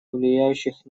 влияющих